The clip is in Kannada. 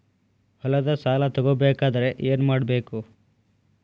ಹೊಲದ ಸಾಲ ತಗೋಬೇಕಾದ್ರೆ ಏನ್ಮಾಡಬೇಕು?